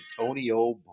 Antonio